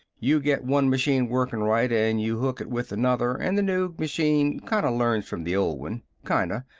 you get one machine working right, and you hook it with another, and the new machine kinda learns from the old one. kinda!